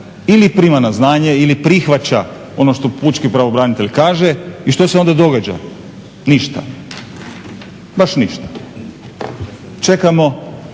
ili prima na znanje ili prihvaća ono što pučki pravobranitelj kaže. I što se onda događa? Ništa. Baš ništa. Čekamo